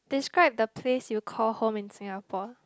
describe the place you call home in Singapore